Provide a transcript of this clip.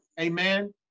amen